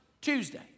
Tuesday